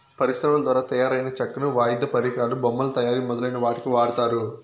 పరిశ్రమల ద్వారా తయారైన చెక్కను వాయిద్య పరికరాలు, బొమ్మల తయారీ మొదలైన వాటికి వాడతారు